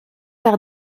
par